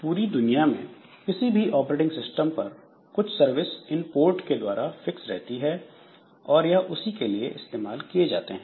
पूरी दुनिया में किसी भी ऑपरेटिंग सिस्टम पर कुछ सर्विस इन पोर्ट के द्वारा फिक्स रहती है और यह उसी के लिए इस्तेमाल किए जाते हैं